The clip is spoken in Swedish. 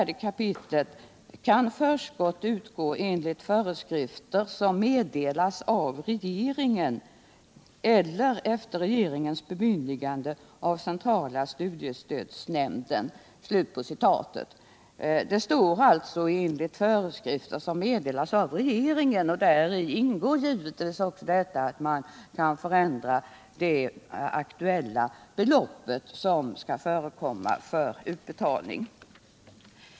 Den lyder: Det står alltså ”enligt föreskrifter som meddelas av regeringen”, och däri ingår givetvis att man kan förändra det belopp som skall utbetalas.